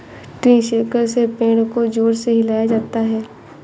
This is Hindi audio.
ट्री शेकर से पेड़ को जोर से हिलाया जाता है